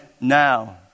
now